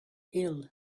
ill